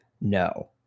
no